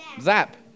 Zap